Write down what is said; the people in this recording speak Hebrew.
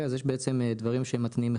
מה הצפי?